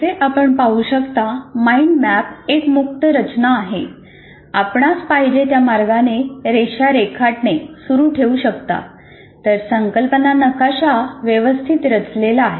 जसे आपण पाहू शकता माईंड मॅप एक मुक्त रचना आहे आपणास पाहिजे त्या मार्गाने रेषा रेखाटणे सुरू ठेवू शकता तर संकल्पना नकाशा व्यवस्थित रचलेला आहे